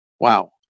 Wow